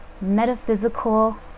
metaphysical